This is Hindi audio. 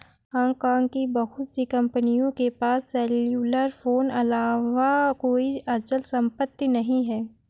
हांगकांग की बहुत सी कंपनियों के पास सेल्युलर फोन अलावा कोई अचल संपत्ति नहीं है